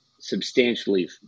substantially